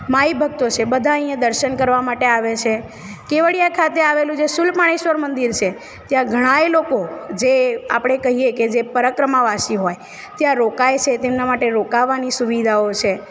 માઈ ભક્તો છે બધા અહિયાં દર્શન કરવા માટે આવે છે કેવડીયા ખાતે આવેલું જે શૂલપાણેશ્વર મંદિર છે ત્યાં ઘણાંય લોકો જે આપણે કહીએ કે જે પરિક્રમાવાસી હોય ત્યાં રોકાય છે તેમનાં માટે રોકાવાની સુવિધાઓ છે